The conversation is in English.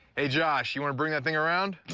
hey, josh, you want to bring that thing around?